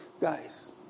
guys